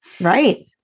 Right